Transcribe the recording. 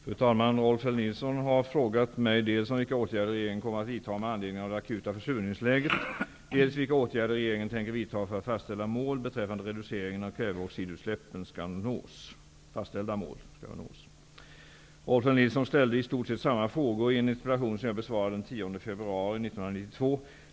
Fru talman! Rolf L Nilson har frågat mig dels om vilka åtgärder regeringen kommer att vidta med anledning av det akuta försurningsläget, dels vilka åtgärder regeringen tänker vidta för att fastställda mål beträffande reduceringen av kväveoxidutsläppen skall nås. Rolf L Nilson ställde i stort sett samma frågor i en interpellation som jag besvarade den 10 februari 1992.